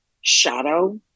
shadow